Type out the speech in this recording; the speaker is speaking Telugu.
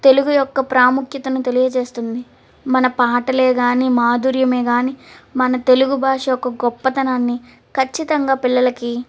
తెలుగు యొక్క ప్రాముఖ్యతను తెలియజేస్తుంది మన పాటలే గాని మాధుర్యమే కాని మన తెలుగు భాష ఒక గొప్పతనాన్ని ఖచ్చితంగా పిల్లలకి